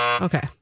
Okay